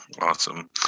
awesome